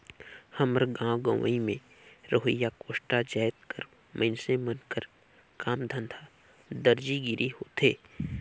हमर गाँव गंवई में रहोइया कोस्टा जाएत कर मइनसे मन कर काम धंधा दरजी गिरी होथे